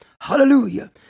Hallelujah